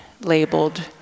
labeled